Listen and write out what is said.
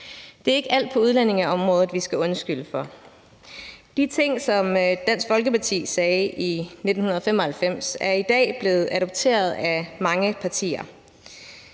Det er ikke alt på udlændingeområdet, vi skal undskylde for. De ting, som Dansk Folkeparti sagde i 1995, er i dag blevet adopteret af mange partier,